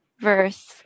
verse